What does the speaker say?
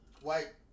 White